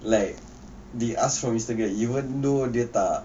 like they asked for mister grab even though dia tak